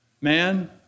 Man